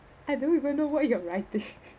I don't even know what you're writing